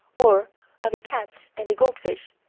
or of a cat and a goldfish,